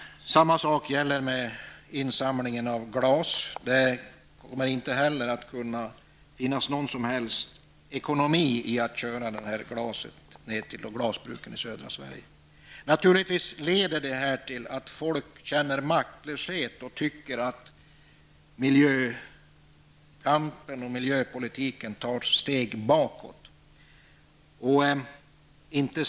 Samma sak gäller insamlingen av glas. Det finns inte någon som helst ekonomi i att frakta ner glaset till glasbruken i södra Sverige. Naturligtvis leder detta till att människor känner maktlöshet och tycker att miljökampen och miljöpolitiken tar ett steg bakåt.